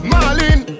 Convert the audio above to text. Marlene